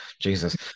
Jesus